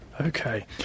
Okay